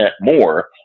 more